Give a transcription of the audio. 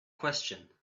question